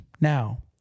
now